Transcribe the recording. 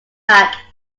back